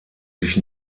sich